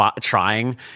trying